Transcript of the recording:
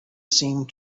seemed